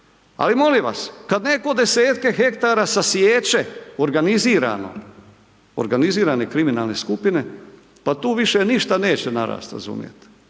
ali molim vas, kad netko desetke hektara sasiječe organizirano, organizirane kriminalne skupine, pa tu više ništa neće narasti, razumijete,